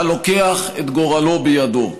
הלוקח את גורלו בידו.